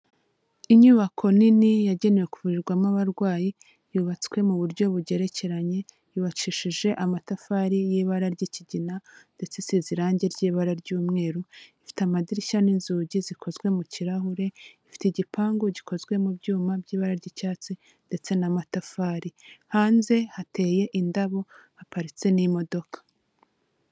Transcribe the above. Inyubako nini yagenewe kuvurirwamo abarwayi, yubatswe mu buryo bugerekeranye, yubakishije amatafari y'ibara ry'ikigina ndetse iseze irangi ry'ibara ry'umweru, ifite amadirishya n'inzugi zikozwe mu kirahure, ifite igipangu gikozwe mu byuma by'ibara ry'icyatsi ndetse n'amatafari, hanze hateye indabo, haparitse n'imodoka.